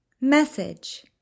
Message